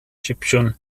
sipsiwn